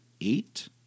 eight